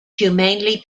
humanly